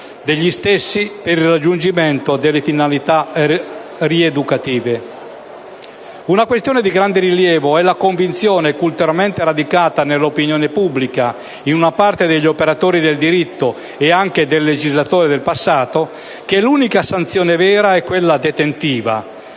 degli stessi per il raggiungimento delle finalità rieducative. Una questione di grande rilievo è rappresentata dalla convinzione, culturalmente radicata nell'opinione pubblica, in una parte degli operatori del diritto e anche nel legislatore del passato, che l'unica sanzione vera è quella detentiva